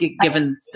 Given